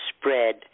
spread